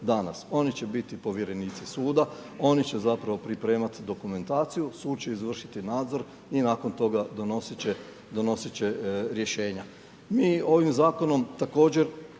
Oni će biti povjerenici suda, oni će zapravo pripremati dokumentaciju, sud će izvršiti nadzor i nakon donositi će rješenja. Mi ovim zakonom također